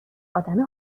آدم